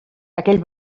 aquell